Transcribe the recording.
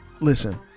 listen